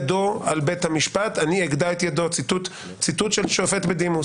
על יו"ר לשכת עורכי הדין,